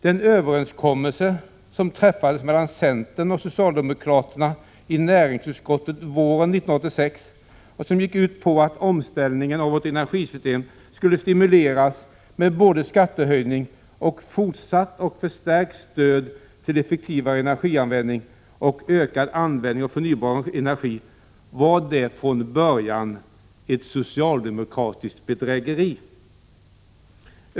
Den överenskommelse som träffades mellan centern och socialdemokraterna i näringsutskottet våren 1986 och som gick ut på att omställningen av vårt energisystem skulle stimuleras med både skattehöjning och fortsatt och förstärkt stöd till effektivare energianvändning och ökad användning av förnybar energi — var den från början ett socialdemokratiskt bedrägeri?